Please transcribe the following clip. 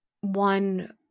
one